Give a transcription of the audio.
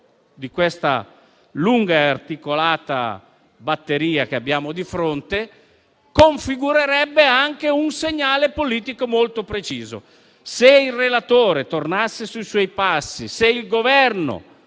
di una lunga e articolata batteria che abbiamo di fronte, configurerebbe anche un segnale politico molto preciso. Se il relatore tornasse sui suoi passi, se il Governo